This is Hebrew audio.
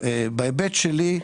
בהיבט שלי,